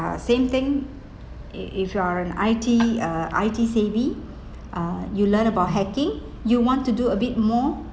uh same thing if if you are an I_T uh I_T savvy uh you learn about hacking you want to do a bit more